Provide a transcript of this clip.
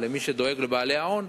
למי שדואג לבעלי ההון,